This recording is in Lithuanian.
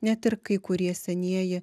net ir kai kurie senieji